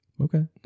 Okay